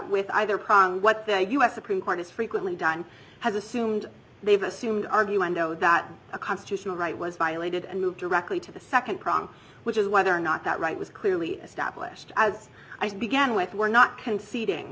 with either what the u s supreme court is frequently done has assumed they've assumed argue i know that a constitutional right was violated and move directly to the nd prong which is whether or not that right was clearly established as i began with we're not conceding